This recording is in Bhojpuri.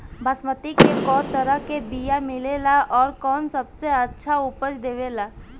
बासमती के कै तरह के बीया मिलेला आउर कौन सबसे अच्छा उपज देवेला?